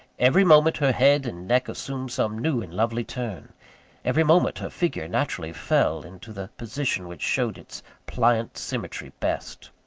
every moment, her head and neck assumed some new and lovely turn every moment her figure naturally fell into the position which showed its pliant symmetry best.